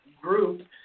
group